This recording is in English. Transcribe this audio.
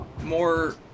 more